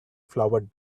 flowered